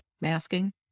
masking